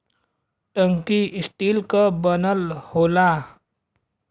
टंकी स्टील क बनल होला